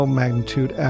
magnitude